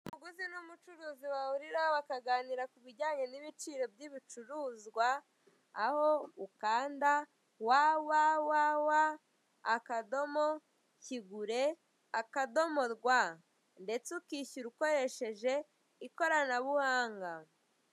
Umuguzi n'umucuruzi bahurira bakaganira kubijyanye n'ibiciro by'ibicuruzwa, aho ukanda wa wa wa, akadomo kigure, akadomo rwa. Ndetse ukishyura ukoresheje ikoranabuhanga.